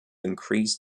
increased